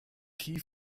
key